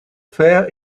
fair